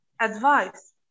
advice